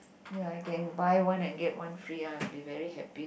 ya I can buy one and get one free I'll be very happy